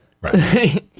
Right